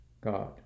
God